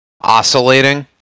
oscillating